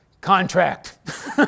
Contract